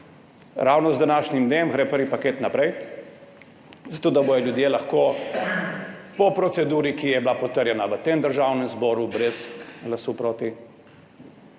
Ravno z današnjim dnem gre prvi paket naprej, zato da bodo ljudje lahko po proceduri, ki je bila potrjena v tem Državnem zboru brez glasu proti,